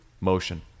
motion